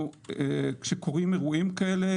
כשקורים אירועים כאלה,